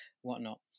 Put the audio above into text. whatnot